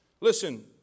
Listen